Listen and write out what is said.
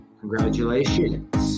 congratulations